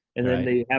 and then they have,